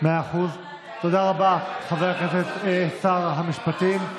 תודה רבה, שר המשפטים.